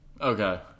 Okay